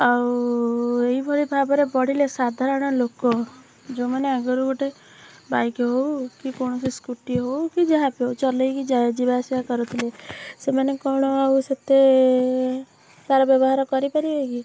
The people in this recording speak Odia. ଆଉ ଏଇଭଳି ଭାବରେ ବଢ଼ିଲେ ସାଧାରଣ ଲୋକ ଯୋଉମାନେ ଆଗରୁ ଗୋଟେ ବାଇକ୍ ହଉ କି କୌଣସି ସ୍କୁଟି ହେଉ କି ଯାହା ବି ହେଉ ବ ଚଲେଇକି ଯିବା ଆସିବା କରୁଥିଲେ ସେମାନେ କଣ ଆଉ ସେତେ ତା'ର ବ୍ୟବହାର କରିପାରିବେ କି